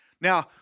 Now